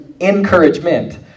encouragement